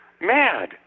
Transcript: mad